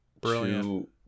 brilliant